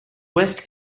west